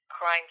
crime